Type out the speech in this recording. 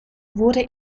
wurde